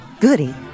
goody